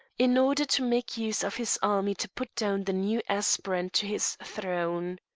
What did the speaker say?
in order to make use of his army to put down the new aspirant to his throne.